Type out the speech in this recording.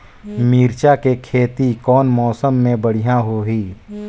मिरचा के खेती कौन मौसम मे बढ़िया होही?